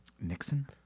Nixon